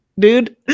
dude